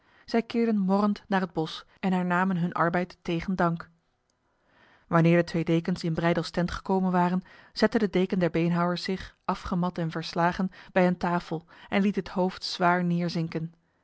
zij keerden morrend naar het bos en hernamen hun arbeid tegen dank wanneer de twee dekens in breydels tent gekomen waren zette de deken der beenhouwers zich afgemat en verslagen bij een tafel en liet het hoofd zwaar neerzinken